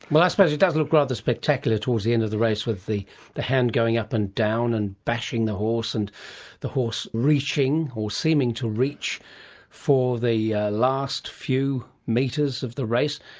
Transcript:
but suppose it does look rather spectacular towards the end of the race with the the hand going up and down and bashing the horse and the horse reaching or seeming to reach for the last few metres of the race,